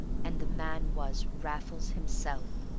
and the man was raffles himself!